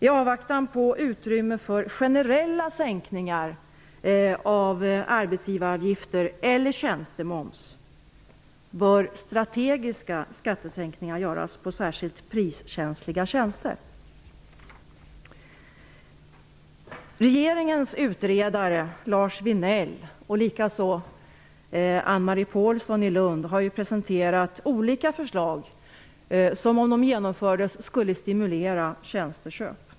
I avvaktan på utrymme för generella sänkningar av arbetsgivaravgifter eller tjänstemoms bör strategiska skattesänkningar göras på särskilt priskänsliga tjänster. Marie Pålsson i Lund har presenterat olika förslag som, om de genomfördes, skulle stimulera tjänsteköp.